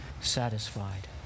satisfied